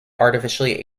artificially